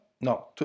no